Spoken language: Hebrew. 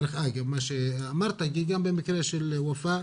דרך אגב, מה שאמרת, גם במקרה של ופאא